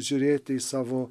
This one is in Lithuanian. žiūrėti į savo